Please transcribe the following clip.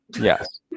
yes